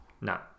No